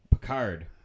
Picard